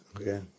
Okay